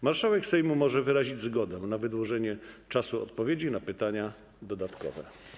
Marszałek Sejmu może wyrazić zgodę na wydłużenie czasu odpowiedzi na pytanie dodatkowe.